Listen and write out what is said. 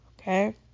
okay